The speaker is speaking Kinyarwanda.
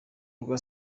rwa